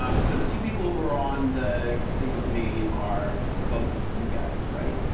um so the two people who are on the thing with me are both of you guys, right?